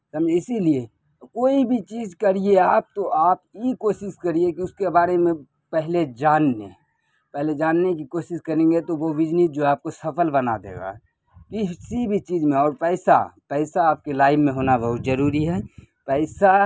اسی لیے کوئی بھی چز کریے آپ تو آپ یہ کوشش کریے کہ اس کے بارے میں پہلے جان لیں پہلے جاننے کی کوشش کریں گے تو وہ بجنس جو ہے آپ کو سفل بنا دے گا کسی بھی چیز میں اور پیسہ پیسہ آپ کے لائف میں ہونا بہت ضروری ہے پیسہ